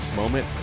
moment